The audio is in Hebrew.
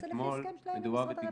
זה לפי הסכם שלהם עם משרד הרווחה,